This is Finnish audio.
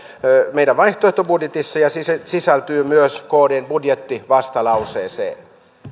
meidän vaihtoehtobudjetissamme ja ne sisältyvät myös kdn budjettivastalauseeseen